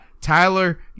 Tyler